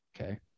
Okay